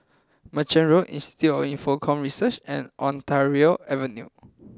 Merchant Road Institute for Infocomm Research and Ontario Avenue